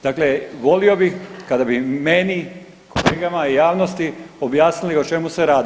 Dakle, volio bih kada bi meni, kolegama i javnosti objasnili o čemu se radi?